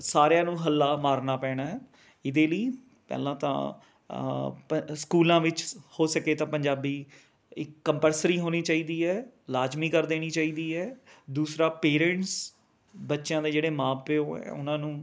ਸਾਰਿਆਂ ਨੂੰ ਹੱਲਾ ਮਾਰਨਾ ਪੈਣਾ ਹੈ ਇਹਦੇ ਲਈ ਪਹਿਲਾਂ ਤਾਂ ਪ ਅ ਸਕੂਲਾਂ ਵਿੱਚ ਹੋ ਸਕੇ ਤਾਂ ਪੰਜਾਬੀ ਇੱਕ ਕੰਪਲਸਰੀ ਹੋਣੀ ਚਾਹੀਦੀ ਹੈ ਲਾਜ਼ਮੀ ਕਰ ਦੇਣੀ ਚਾਹੀਦੀ ਹੈ ਦੂਸਰਾ ਪੇਰੈਂਟਸ ਬੱਚਿਆਂ ਦੇ ਜਿਹੜੇ ਮਾਂ ਪਿਉ ਹੈ ਉਹਨਾਂ ਨੂੰ